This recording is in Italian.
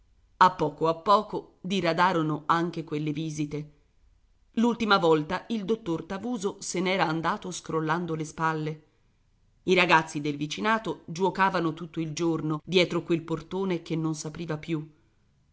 a poco a poco diradarono anche quelle visite l'ultima volta il dottor tavuso se n'era andato scrollando le spalle i ragazzi del vicinato giuocavano tutto il giorno dietro quel portone che non si apriva più